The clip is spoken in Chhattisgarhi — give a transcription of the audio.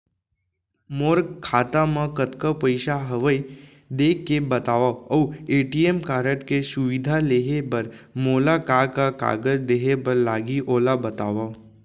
मोर खाता मा कतका पइसा हवये देख के बतावव अऊ ए.टी.एम कारड के सुविधा लेहे बर मोला का का कागज देहे बर लागही ओला बतावव?